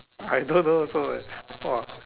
I don't know also eh !wah!